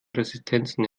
resistenzen